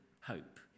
hope